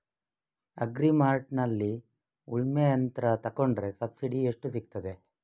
Agri ಮಾರ್ಟ್ನಲ್ಲಿ ಉಳ್ಮೆ ಯಂತ್ರ ತೆಕೊಂಡ್ರೆ ಸಬ್ಸಿಡಿ ಎಷ್ಟು ಸಿಕ್ತಾದೆ?